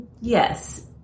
yes